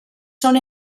són